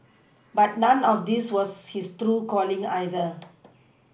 but none of this was his true calling either